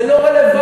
זה לא רלוונטי.